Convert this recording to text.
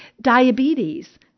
diabetes